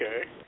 Okay